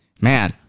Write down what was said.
man